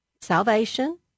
salvation